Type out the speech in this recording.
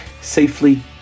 safely